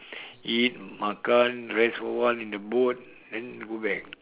eat makan rest for a while in the boat then go back